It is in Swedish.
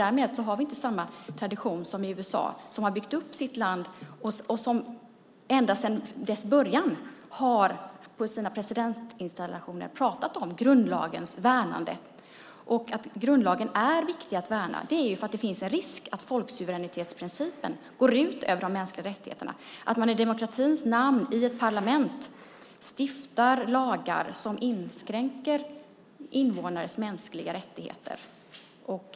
Därmed har vi inte samma tradition som i USA som har byggt upp sitt land kring detta och som ända sedan dess början på presidentinstallationerna har pratat om grundlagens värnande. Varför är grundlagen viktig att värna? Jo, för att det finns en risk att folksuveränitetsprincipen går ut över de mänskliga rättigheterna, att man i demokratins namn i ett parlament stiftar lagar som inskränker invånares mänskliga rättigheter.